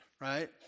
right